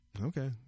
Okay